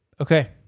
Okay